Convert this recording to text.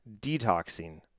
detoxing